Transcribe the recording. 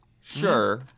Sure